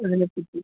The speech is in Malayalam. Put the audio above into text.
അതിനെ പറ്റി